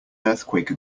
earthquake